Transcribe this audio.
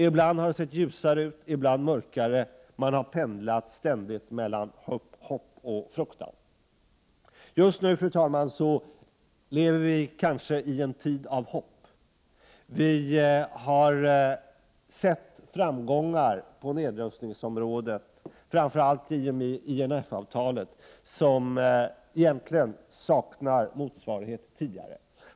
Ibland har det sett ljusare ut, ibland mörkare. Man har ständigt pendlat mellan hopp och fruktan. Just nu, fru talman, lever vi kanske i en tid av hopp. Vi har sett framgångar på nedrustningsområdet, framför allt genom INF-avtalet, som saknar tidigare motsvarighet.